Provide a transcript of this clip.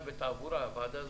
בתעבורה.